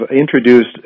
introduced